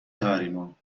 تحریمها